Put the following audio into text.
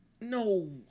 No